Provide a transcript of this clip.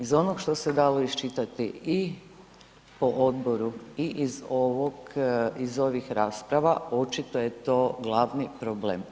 Iz onog što se dalo iščitati i po odboru i iz ovih rasprava, očito je to glavni problem.